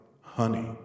honey